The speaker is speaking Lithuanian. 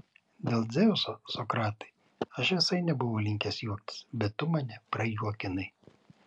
dėl dzeuso sokratai aš visai nebuvau linkęs juoktis bet tu mane prajuokinai